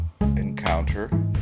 encounter